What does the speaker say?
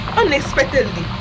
unexpectedly